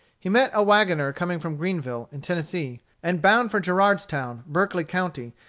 he met a wagoner coming from greenville, in tennessee, and bound for gerardstown, berkeley county,